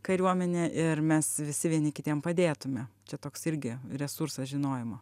kariuomenė ir mes visi vieni kitiem padėtume čia toks irgi resursas žinojimo